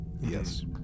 yes